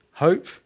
Hope